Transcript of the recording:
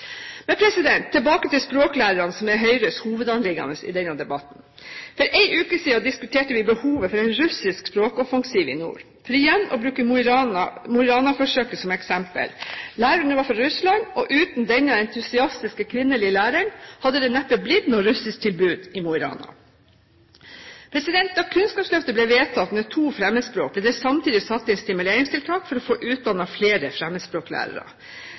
Tilbake til språklærerne, som er Høyres hovedanliggende i denne debatten. For en uke siden diskuterte vi behovet for en russisk språkoffensiv i nord. For igjen å bruke Mo i Rana-forsøket som eksempel: Læreren var fra Russland, og uten denne entusiastiske kvinnelige læreren hadde det neppe blitt noe russisktilbud i Mo i Rana. Da Kunnskapsløftet ble vedtatt med to fremmedspråk, ble det samtidig satt inn stimuleringstiltak for å få utdannet flere fremmedspråklærere.